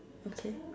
okay